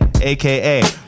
aka